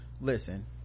listen